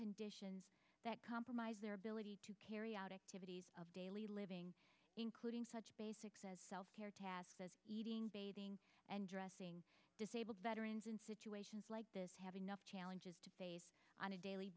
conditions that compromised their ability to carry out activities of daily living including such basics as self care eating bathing and dressing disabled veterans in situations like this have enough challenges on a daily